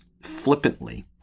flippantly